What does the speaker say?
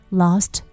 lost